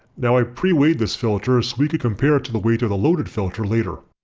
now i preweighed this filter so we could compare it to the weight of the loaded filter later.